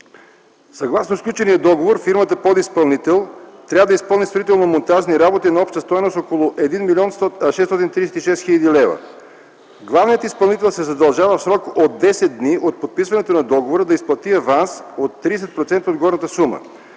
Съгласно сключения договор фирмата подизпълнител трябва да изпълни строително-монтажни работи на обща стойност около 1 млн. 636 хил. лв. Главният изпълнител се задължава в срок от 10 дни от подписването на договора да изплати аванс – 30% от горната сума.